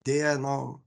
deja no